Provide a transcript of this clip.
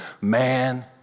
man